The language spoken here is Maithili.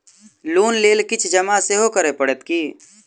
लोन लेल किछ जमा सेहो करै पड़त की?